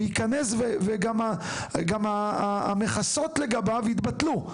הוא ייכנס וגם המכסות לגביו יתבטלו,